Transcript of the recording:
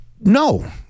no